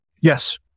yes